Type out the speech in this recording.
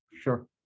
Sure